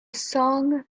song